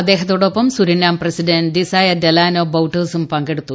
ആദ്ദേഹത്തോടൊപ്പം Suriname president Desire Delano ബൌട്ടേഴ്സും പങ്കെടുത്തു